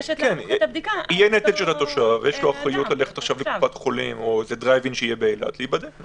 יש לו אחריות ללכת לקופת חולים או לדרייב אין שיהיה באילת ייבדק.